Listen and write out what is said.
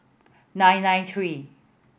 nine nine three